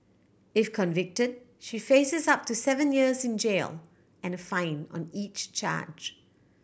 if convicted she faces up to seven years in jail and a fine on each charge